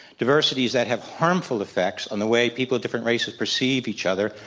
diversities that have harmful effects on the way people of different races perceive each other.